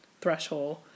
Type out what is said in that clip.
threshold